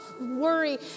worry